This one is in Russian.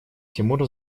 тимур